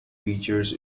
features